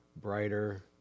brighter